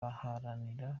baharanira